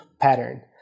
pattern